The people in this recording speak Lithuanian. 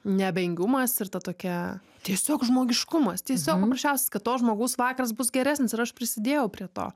neabejingumas ir ta tokia tiesiog žmogiškumas tiesiog paprasčiausias kad to žmogaus vakaras bus geresnis ir aš prisidėjau prie to